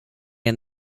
and